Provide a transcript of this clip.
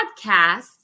podcast